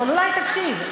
אבל אולי אם תקשיב.